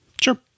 Sure